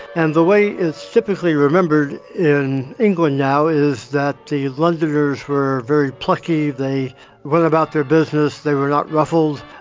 and the way it's typically remembered in england now is that the londoners were very plucky, they went about their business, they were not ruffled.